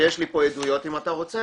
ויש לי פה עדויות אם אתה רוצה,